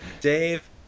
Dave